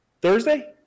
Thursday